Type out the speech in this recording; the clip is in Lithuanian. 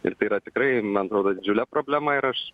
ir tai yra tikrai man atrodo didžiulė problema ir aš